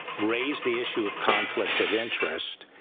raise the issue of conflict of interest